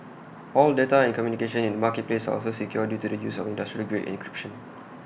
all data and communication in the marketplace are also secure due to the use of industrial grade encryption